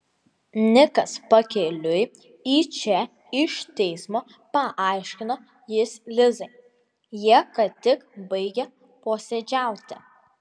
nikas pakeliui į čia iš teismo paaiškino jis lizai jie ką tik baigė posėdžiauti